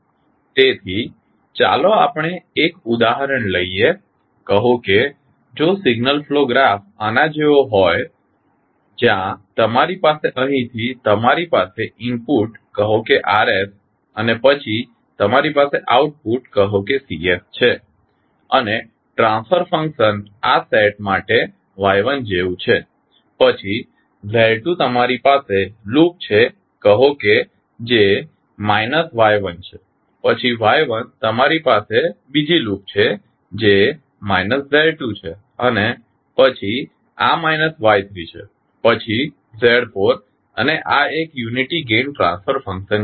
તેથી ચાલો આપણે એક ઉદાહરણ લઈએ કહો કે જો સિગ્નલ ફ્લો ગ્રાફ આના જેવો હોય જ્યા તમારી પાસે અહીંથી તમારી પાસે ઇનપુટ કહો કે R અને પછી તમારી પાસે આઉટપુટ કહો કે C છે અને ટ્રાન્સફર ફંકશન આ સેટ માટે Y1 જેવું છે પછી Z2 તમારી પાસે લૂપ છે કહો કે જે માઈનસ Y1 છે પછી Y1 તમારી પાસે બીજી લૂપ છે જે માઈનસ Z2 છે અને પછી આ માઈનસ Y3 છે પછી Z4 અને આ એક યુનિટી ગેઇન ટ્રાન્સફર ફંકશન છે